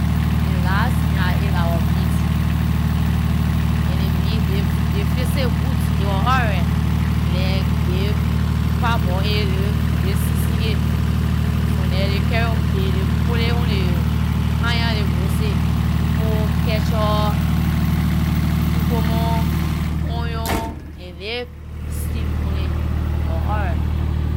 The last thing I ate dah wor meat, and the meat they fixed it good. It was alright, like they parboiled it, they season it, from there they carry they put it on the iron, they roast it. Put ketchup, cucumber, onion and little stew on it. It was alright.